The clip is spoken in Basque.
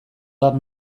bat